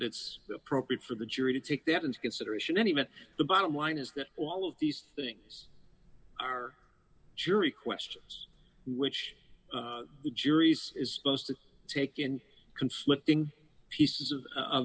it's appropriate for the jury to take that into consideration anyway the bottom line is that all of these things are jury questions which the juries is supposed to take in conflict pieces of